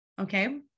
Okay